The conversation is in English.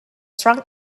strong